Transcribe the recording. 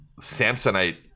Samsonite